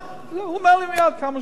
לא, אומר לי מייד כמה זה עולה.